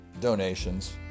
donations